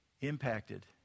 impacted